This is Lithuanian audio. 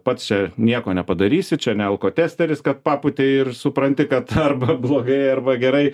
pats čia nieko nepadarysi čia ne alkotesteris kad papūti ir supranti kad arba blogai arba gerai